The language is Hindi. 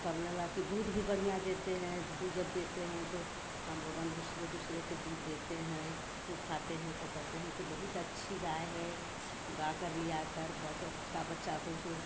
का बोला ला कि दूध भी बढ़िया देते हैं तो दूध जब देते हैं तो हम लोगन दूसरे दूसरे के दूध देते हैं तो खाते हैं तो कहते हैं कि बहुत अच्छी गाय है गाकर लियाकर वा तो उसका बच्चा को उस उस